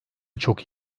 çok